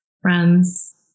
friends